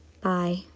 Bye